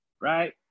right